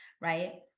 right